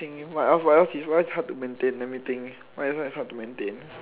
think what else what else is hard to maintain